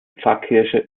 pfarrkirche